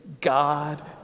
God